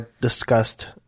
discussed